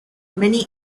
many